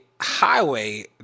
highway